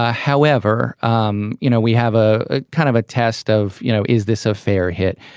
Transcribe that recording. ah however um you know we have ah a kind of a test of you know is this a fair hit.